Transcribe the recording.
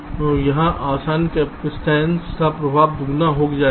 तो यहाँ आसन्न कपसिटंस का प्रभाव दोगुना हो जाएगा